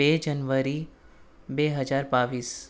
બે જનવરી બે હજાર બાવીસ